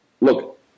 Look